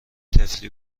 طفلی